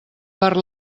per